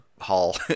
hall